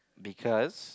because